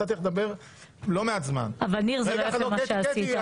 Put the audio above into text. אבל ניר, לא יפה מה שעשית.